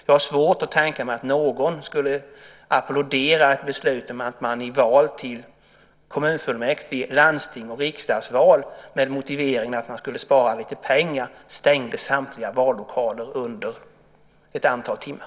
Jag har svårt att tänka mig att någon skulle applådera ett beslut om att man i kommun-, landstings eller riksdagsval stängde samtliga vallokaler under ett antal timmar med motiveringen att man skulle spara lite pengar.